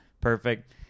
perfect